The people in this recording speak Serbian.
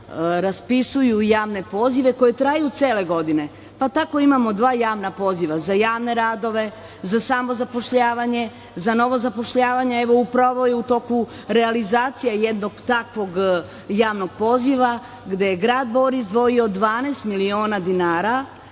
raspisuju javne pozive koji traju cele godine. Tako imamo dva javna poziva za javne radove, za samozapošljavanje, za novo zapošljavanje. Evo, upravo je u toku realizacija jednog takvog javnog poziva, gde je grad Bor izdvojio 12 miliona dinara,